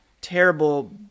terrible